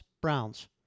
Browns